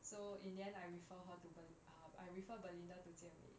so in the end I refer her to bel~ uh I refer belinda to jian wei